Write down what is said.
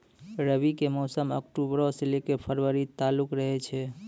रबी के मौसम अक्टूबरो से लै के फरवरी तालुक रहै छै